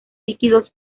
líquidos